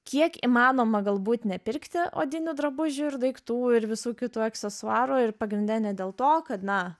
kiek įmanoma galbūt nepirkti odinių drabužių ir daiktų ir visų kitų aksesuarų ir pagrinde ne dėl to kad na